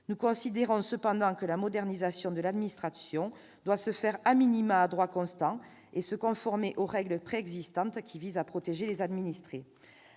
Nous considérons cependant que la modernisation de l'administration doit se faire à droit constant et se conformer aux règles préexistantes, qui visent à protéger les administrés.